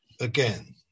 again